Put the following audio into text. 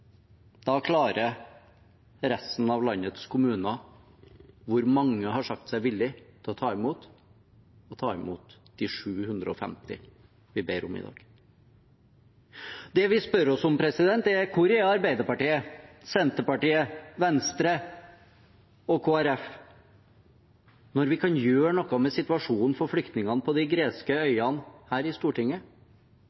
da klarer resten av landets kommuner – mange av dem har sagt seg villig til å ta imot noen – å ta imot de 750 flyktningene vi ber om i dag. Det vi spør oss om, er: Hvor er Arbeiderpartiet, Senterpartiet, Venstre og Kristelig Folkeparti når vi her i Stortinget kan gjøre noe med situasjonen for flyktningene på de greske